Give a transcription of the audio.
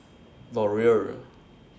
Laurier